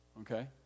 Okay